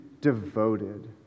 devoted